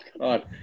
god